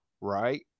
right